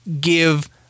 give